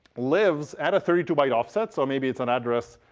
lives at a thirty two byte offset. so maybe it's an address.